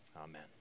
Amen